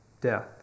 Death